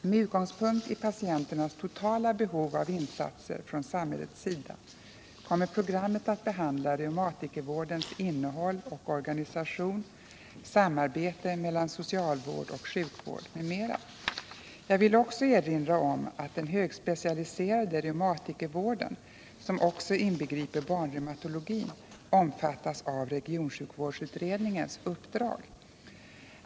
Med utgångspunkt i patienternas totala behov av insatser från samhällets sida kommer programmet att behandla reumatikervårdens innehåll och organisation, samarbete mellan socialvård och sjukvård m.m. Jag vill också erinra om att den högspecialiserade reumatikervården, som också inbegriper barnreumatologin, omfattas av regionsjukvårdsutredningens uppdrag.